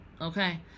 okay